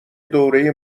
دوره